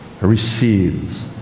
receives